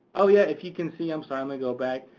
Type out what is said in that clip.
oh yeah, if you can see, i'm sorry, i'm gonna go back,